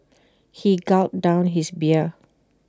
he gulped down his beer